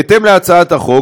בהתאם להצעת החוק,